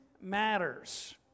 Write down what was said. Matters